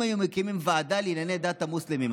אם היו מקימים ועדה לענייני דת המוסלמים,